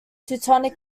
teutonic